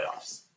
playoffs